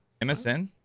MSN